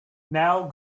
now